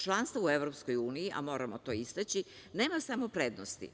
Članstvo u EU, a moramo to istaći, nema samo prednosti.